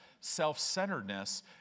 self-centeredness